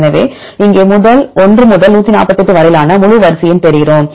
எனவே இங்கே 1 முதல் 148 வரையிலான முழு வரிசையையும் தேடுகிறோம்